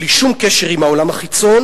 בלי שום קשר עם העולם החיצון,